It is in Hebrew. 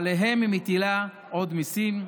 עליהם היא מטילה עוד מיסים.